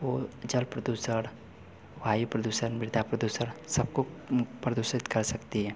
वह जल प्रदूषण वायु प्रदूषण मृदा प्रदूषण सबको प्रदूषित कर सकती है